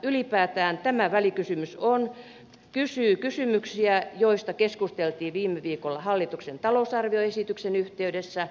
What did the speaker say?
ylipäätään tämä välikysymys kysyy kysymyksiä joista keskusteltiin viime viikolla hallituksen talousarvioesityksen yhteydessä